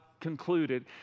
concluded